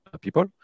people